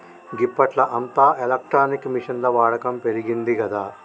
గిప్పట్ల అంతా ఎలక్ట్రానిక్ మిషిన్ల వాడకం పెరిగిందిగదా